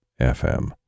FM